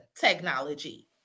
technology